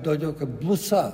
todėl kad blusa